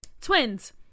Twins